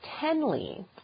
tenley